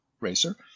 Racer